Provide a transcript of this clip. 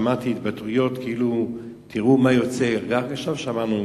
שמעתי התבטאויות, רק עכשיו שמענו